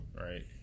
Right